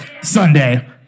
Sunday